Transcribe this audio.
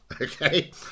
okay